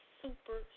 super